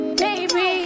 baby